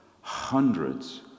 hundreds